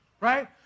right